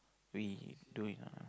we doing ah